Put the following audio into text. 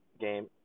Game